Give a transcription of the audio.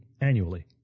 annually